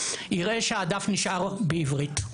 יראה שהדף נשאר בעברית,